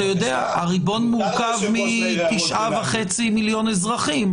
הריבון מורכב מתשעה וחצי מיליון אזרחים.